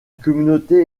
communauté